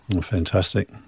Fantastic